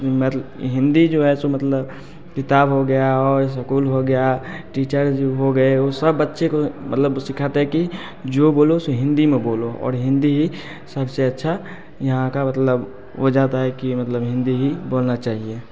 मत्ल हिंदी जो है जो सो मतलब किताब हो गया है और सकूल हो गया टीचर्ज़ हो गए उ सब बच्चे को मतलब सीखाते हैं कि जो बोलो सो हिंदी में बोलो और हिंदी ही सबसे अच्छा यहाँ का मतलब हो जाता है कि मतलब हिंदी ही बोलना चाहिए